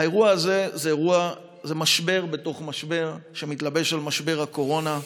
האירוע הזה הוא משבר בתוך משבר שמתלבש על משבר הקורונה.